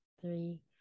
three